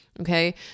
Okay